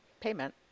payment